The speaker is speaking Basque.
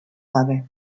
gabe